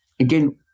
Again